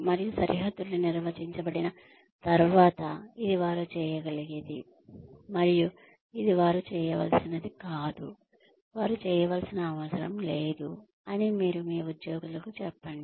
మరియు సరిహద్దులు నిర్వచించబడిన తర్వాత ఇది వారు చేయగలిగేది మరియు ఇది వారు చేయవలసినది కాదు వారు చేయవలసిన అవసరం లేదు అని మీరు మీ ఉద్యోగులకు చెప్పండి